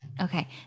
Okay